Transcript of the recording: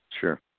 Sure